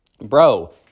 bro